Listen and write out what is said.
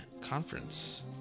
Conference